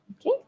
Okay